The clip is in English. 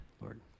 Lord